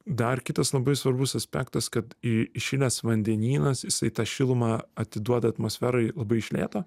dar kitas labai svarbus aspektas kad į įšilęs vandenynas jisai tą šilumą atiduoda atmosferai labai iš lėto